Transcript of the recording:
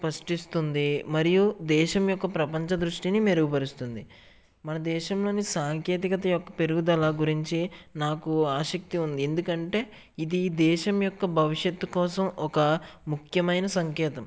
స్పష్టిస్తుంది మరియు దేశం యొక్క ప్రపంచ దృష్టిని మెరుగుపరుస్తుంది మన దేశంలోని సాంకేతికత యొక్క పెరుగుదల గురించి నాకు ఆసక్తి ఉంది ఎందుకు అంటే ఇది ఈ దేశం యొక్క భవిష్యత్తు కోసం ఒక ముఖ్యమైన సంకేతం